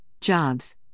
jobs